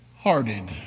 Hearted